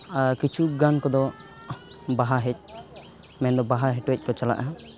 ᱟᱨ ᱠᱤᱪᱷᱩ ᱜᱟᱱ ᱠᱚᱫᱚ ᱵᱟᱦᱟ ᱦᱮᱡ ᱢᱮᱱᱫᱚ ᱵᱟᱦᱟ ᱦᱮᱴᱮᱡᱠᱚ ᱪᱟᱞᱟᱜᱼᱟ